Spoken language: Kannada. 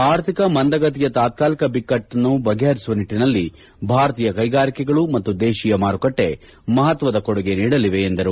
ಆರ್ಥಿಕ ಮಂದಗತಿಯ ತಾತ್ಕಾಲಿಕ ಬಿಕ್ಕಟ್ಟನ್ನು ಬಗೆಹರಿಸುವ ನಿಟ್ಟನಲ್ಲಿ ಭಾರತೀಯ ಕೈಗಾರಿಕೆಗಳು ಮತ್ತು ದೇಶೀಯ ಮಾರುಕಟ್ಟೆ ಮಹತ್ವದ ಕೊಡುಗೆ ನೀಡಲಿವೆ ಎಂದರು